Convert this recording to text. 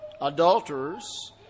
adulterers